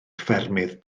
ffermydd